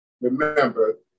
remember